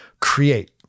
create